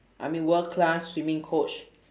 I mean world class swimming coach